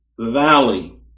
valley